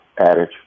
adage